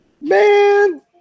Man